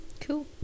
cool